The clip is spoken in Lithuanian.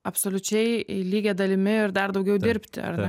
absoliučiai lygia dalimi ir dar daugiau dirbti ar